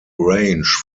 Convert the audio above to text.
range